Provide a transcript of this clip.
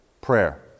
prayer